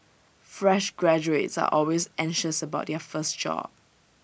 fresh graduates are always anxious about their first job